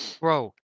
Bro